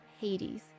Hades